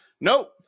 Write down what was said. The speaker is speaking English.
Nope